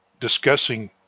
discussing